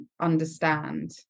understand